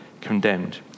condemned